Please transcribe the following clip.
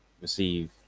receive